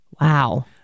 Wow